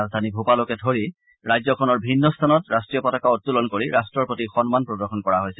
ৰাজধানী ভূপালকে ধৰি ৰাজ্যখনৰ ভিন্ন স্থানত ৰাষ্ট্ৰীয় পতাকা উত্তোলন কৰি ৰাষ্টৰ প্ৰতি সন্মান প্ৰদৰ্শন কৰা হৈছে